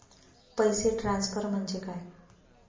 पैसे ट्रान्सफर म्हणजे काय?